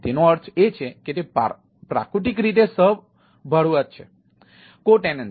તેનો અર્થ એ છે કે તે પ્રાકૃતિક રીતે સહભાડુઆત છે